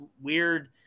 weird –